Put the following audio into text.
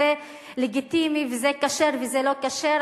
שזה לגיטימי וזה כשר וזה לא כשר,